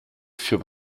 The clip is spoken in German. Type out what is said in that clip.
für